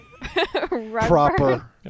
proper